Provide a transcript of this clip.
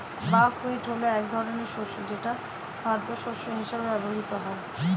buckwheat হলো এক ধরনের শস্য যেটা খাদ্যশস্য হিসেবে ব্যবহৃত হয়